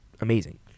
amazing